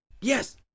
Yes